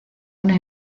una